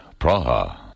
Praha